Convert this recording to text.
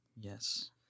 Yes